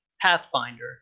Pathfinder